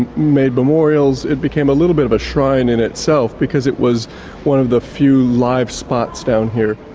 and made memorials. it became a little bit of a shrine in itself, because it was one of the few live spots down here.